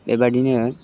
बेबायदिनो